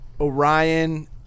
Orion